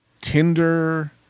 Tinder